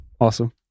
Awesome